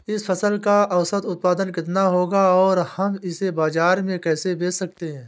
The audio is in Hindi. इस फसल का औसत उत्पादन कितना होगा और हम इसे बाजार में कैसे बेच सकते हैं?